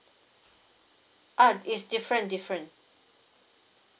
ah it's different different